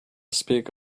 speak